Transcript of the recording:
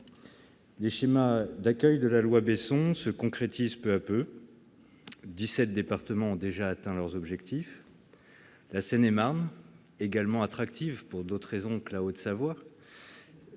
Les schémas d'accueil prévus par la loi Besson se concrétisent peu à peu. Dix-sept départements ont déjà atteint leurs objectifs. La Seine-et-Marne, elle aussi attractive, pour d'autres raisons que la Haute-Savoie,